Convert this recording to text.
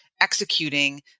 executing